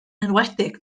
enwedig